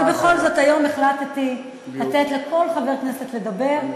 אבל בכל זאת היום החלטתי לתת לכל חבר כנסת לדבר,